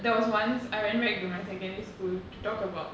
there was once I went back to my secondary school to talk about